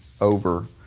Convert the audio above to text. over